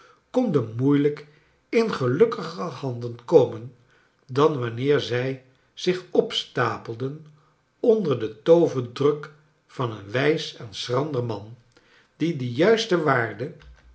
konden moeilijk m gelukkiger handen komen dan wanneer zij zich opstapelen onder den tooverdruk van een wijs en schrander man die de juiste waarde